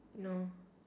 no